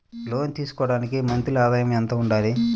లోను తీసుకోవడానికి మంత్లీ ఆదాయము ఎంత ఉండాలి?